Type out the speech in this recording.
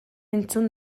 entzun